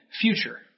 future